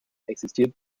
existiert